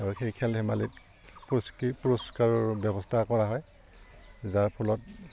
আৰু সেই খেল ধেমালিত পুৰস্ক পুৰস্কাৰৰ ব্যৱস্থা কৰা হয় যাৰ ফলত